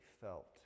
felt